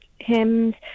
hymns